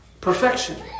Perfection